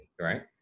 right